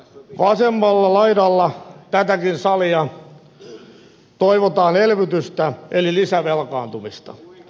vasemmalla laidalla tätäkin salia toivotaan elvytystä eli lisävelkaantumista